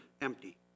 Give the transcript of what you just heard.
empty